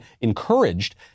encouraged